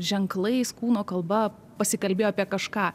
ženklais kūno kalba pasikalbėjo apie kažką